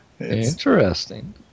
interesting